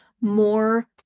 more